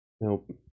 Nope